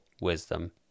wisdom